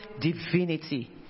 divinity